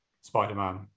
Spider-Man